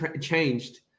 changed